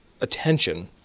attention